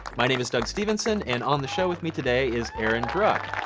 my name is doug stevenson, and on the show with me today is aaron druck.